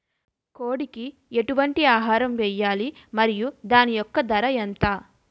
కోడి కి ఎటువంటి ఆహారం వేయాలి? మరియు దాని యెక్క ధర ఎంత?